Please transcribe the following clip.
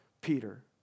Peter